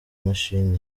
mashini